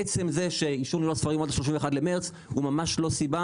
עצם זה שאישור ניהול ספרים הוא עד ה-31 למרץ זה ממש לא סיבה,